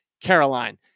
Caroline